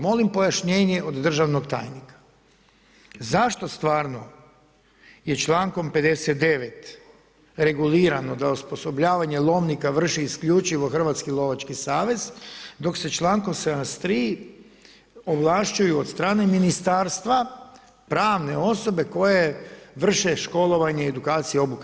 Molim pojašnjenje od državnog tajnika, zašto stvarno je člankom 59. regulirano da osposobljavanje lomnika vrši isključivo Hrvatski lovački savez dok se člankom 73 ovlašćuju od strane ministarstva pravne osobe koje vrše školovanje i edukacije i obuke.